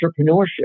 entrepreneurship